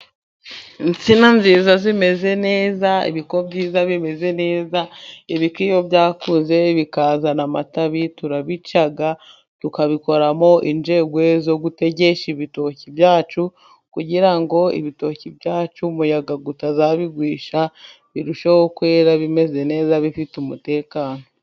Insina nziza zimeze neza, ibiko byiza bimeze neza. Ibko iiyo byakuze bikazana amatabi, turabica tukabikoramo injegwe zo gutegesha ibitoki byacu, kugira ibitoki byacu umuyaga utazabigusha birusheho kwera bimeze neza, bifite umutekano.